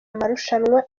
amarushanwa